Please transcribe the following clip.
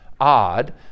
odd